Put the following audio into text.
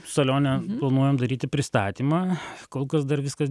salione planuojam daryti pristatymą kol kas dar viskas